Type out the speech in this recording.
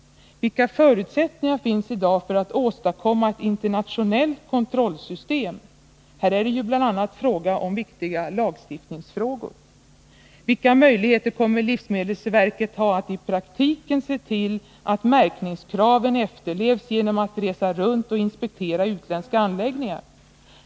Vilka förutsättningar finns i dag för att åstadkomma ett internationellt kontrollsystem? Här rör det sig ju bl.a. om viktiga lagstiftningsfrågor. Vilka möjligheter kommer livsmedelsverket ha att i praktiken se till att märkningskraven efterlevs genom att resa runt och inspektera utländska anläggningar?